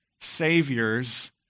saviors